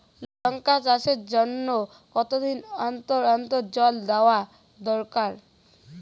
লঙ্কা চাষের জন্যে কতদিন অন্তর অন্তর জল দেওয়া দরকার?